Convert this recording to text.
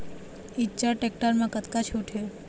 Eicher tractor म कतका छूट हे?